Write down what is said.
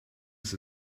ist